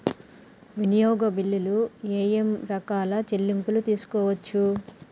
వినియోగ బిల్లులు ఏమేం రకాల చెల్లింపులు తీసుకోవచ్చు?